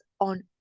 on